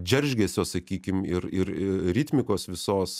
džeržgesio sakykim ir ir ritmikos visos